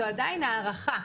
זו עדיין הערכה.